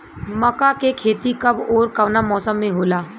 मका के खेती कब ओर कवना मौसम में होला?